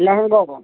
लेहंगो